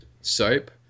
soap